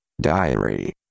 Diary